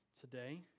today